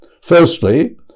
Firstly